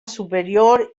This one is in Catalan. superior